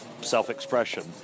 self-expression